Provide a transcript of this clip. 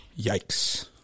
yikes